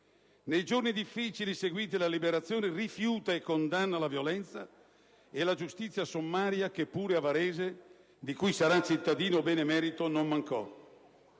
Nei giorni difficili seguiti alla Liberazione rifiuta e condanna la violenza e la giustizia sommaria che pure a Varese, di cui sarà cittadino benemerito, non mancò.